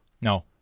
No